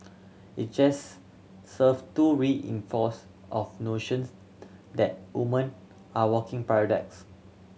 it just serve to reinforce of notions that woman are walking paradoxes